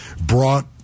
brought